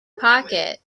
pocket